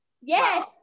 Yes